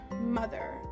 mother